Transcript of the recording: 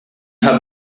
have